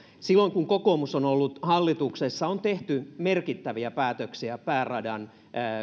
silloin kun kokoomus on ollut hallituksessa on tehty merkittäviä päätöksiä pääradan